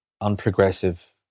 unprogressive